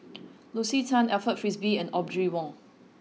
Lucy Tan Alfred Frisby and Audrey Wong